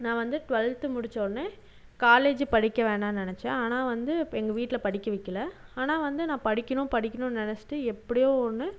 நான் வந்து டுவெல்த்து முடிச்சொடன்னே காலேஜு படிக்க வேணாம் நினச்சேன் ஆனால் வந்து இப்போ எங்கள் வீட்டில் படிக்க வைக்கிலை ஆனால் வந்து நான் படிக்கணும் படிக்கணுன்னு நினச்சிட்டு எப்படியோ ஒன்று